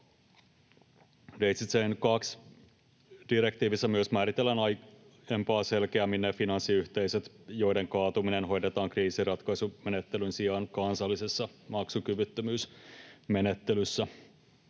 Daisy Chain 2 ‑direktiivissä myös määritellään aiempaa selkeämmin ne finanssiyhteisöt, joiden kaatuminen hoidetaan kriisinratkaisumenettelyn sijaan kansallisessa maksukyvyttömyysmenettelyssä.